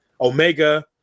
Omega